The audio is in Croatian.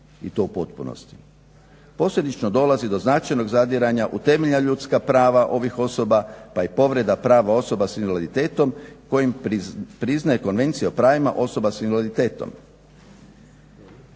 i to u potpunosti. Posljedično dolazi do značajnog zadiranja u temeljna ljudska prava ovih osoba pa i povreda prava osoba s invaliditetom kojim priznaje konvencija o pravima osoba s invaliditetom.